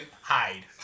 hide